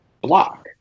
block